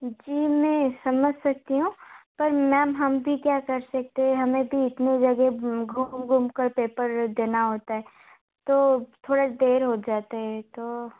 जी मैं समझ सकती हूँ पर मैम हम भी क्या कर सकते हैं हमें भी इतनी जगह घूम घूम कर पेपर देना होता है तो थोड़ी देर हो जाती है तो